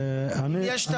מיכאל מרדכי ביטון (יו"ר ועדת הכלכלה): אם יש,